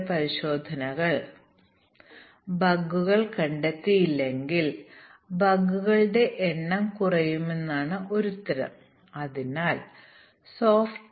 അതിനാൽ നിങ്ങൾ ഒരു ബിഗ് ബാങ് ടെസ്റ്റിങ് നടത്തുകയാണെങ്കിൽ അത് വളരെ ബുദ്ധിമുട്ടായിരിക്കുമെന്ന് ഞങ്ങൾ പറയുന്ന അതേ കാര്യം ഞങ്ങൾ ഇവിടെ എഴുതിയിട്ടുണ്ട്